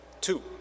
Two